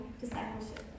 discipleship